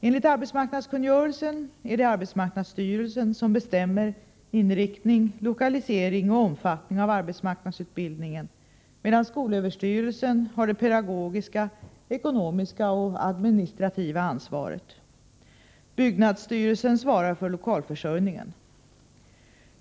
Enligt arbetsmarknadskungörelsen är det arbetsmarknadsstyrelsen som bestämmer inriktning, lokalisering och omfattning av arbetsmarknadsutbildningen, medan skolöverstyrelsen har det pedagogiska, ekonomiska och administrativa ansvaret. Byggnadsstyrelsen svarar för lokalförsörjningen.